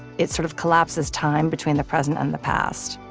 it sort of collapses time between the present and the past,